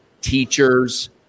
teachers